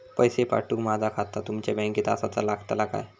पैसे पाठुक माझा खाता तुमच्या बँकेत आसाचा लागताला काय?